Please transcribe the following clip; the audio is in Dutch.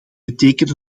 betekent